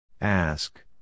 Ask